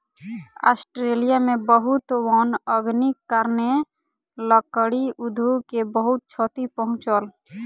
Australia में बहुत वन अग्निक कारणेँ, लकड़ी उद्योग के बहुत क्षति पहुँचल